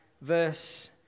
verse